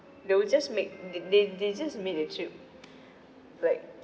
they will just make they they they just make the trip like